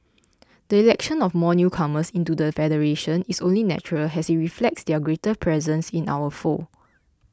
the election of more newcomers into the federation is only natural as it reflects their greater presence in our fold